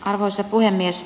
arvoisa puhemies